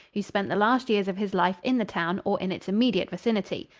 who spent the last years of his life in the town or in its immediate vicinity.